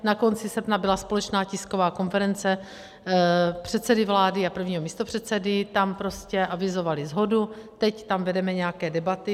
Na konci srpna byla společná tisková konference předsedy vlády a prvního místopředsedy, tam prostě avizovali shodu, teď tam vedeme nějaké debaty.